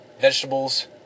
vegetables